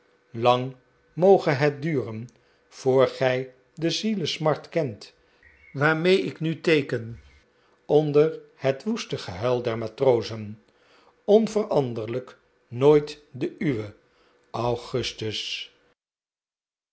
lang moge het duren voor gij de zielesmart kent waarmee ik nu teeken onder het woeste gehuil der matrozen onveranderlijk nooit de uwe augustus